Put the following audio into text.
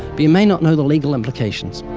but you may not know the legal implications.